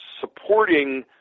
supporting